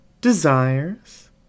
desires